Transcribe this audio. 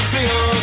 Feel